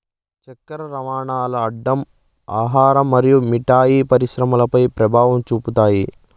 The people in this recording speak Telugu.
చక్కర రవాణాల్ల అడ్డం ఆహార మరియు మిఠాయి పరిశ్రమపై పెభావం చూపుతాది